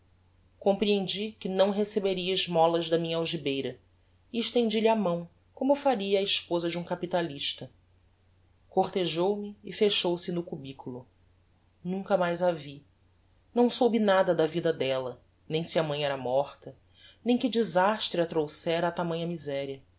comprehendi que não receberia esmolas da minha algibeira e estendi-lhe a mão como faria á esposa de um capitalista